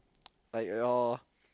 like you all